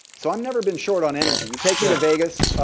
so i've never been short on energy. you take me to vegas,